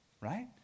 right